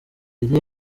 izihe